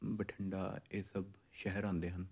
ਬਠਿੰਡਾ ਇਹ ਸਭ ਸ਼ਹਿਰ ਆਉਂਦੇ ਹਨ